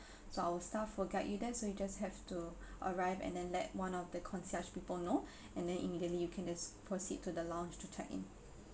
so our staff will guide you there so you just have to arrive and then let one of the concierge people know and then immediately you can just proceed to the lounge to check in